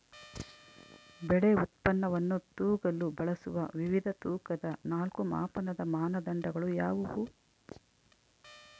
ಬೆಳೆ ಉತ್ಪನ್ನವನ್ನು ತೂಗಲು ಬಳಸುವ ವಿವಿಧ ತೂಕದ ನಾಲ್ಕು ಮಾಪನದ ಮಾನದಂಡಗಳು ಯಾವುವು?